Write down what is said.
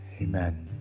Amen